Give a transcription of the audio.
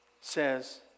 says